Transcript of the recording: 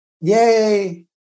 yay